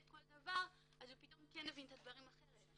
כל דבר אז פתאום הוא הבין את הדברים אחרת.